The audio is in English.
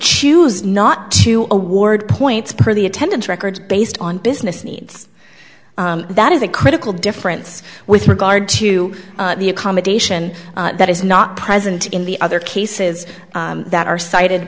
choose not to award points per the attendance records based on business needs that is a critical difference with regard to the accommodation that is not present in the other cases that are cited